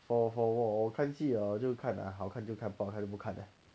for for 我我看戏啊好看就看不好看就不看的